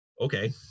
okay